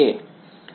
વિદ્યાર્થી A